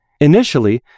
Initially